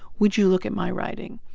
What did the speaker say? would you look at my writing?